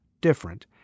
different